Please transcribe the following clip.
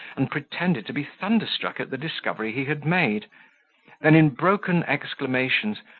and pretended to be thunderstruck at the discovery he had made then in broken exclamations,